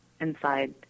inside